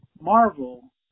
Marvel